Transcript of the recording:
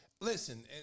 listen